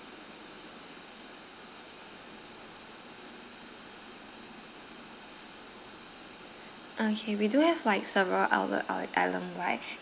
okay we do have like several outlet all island wide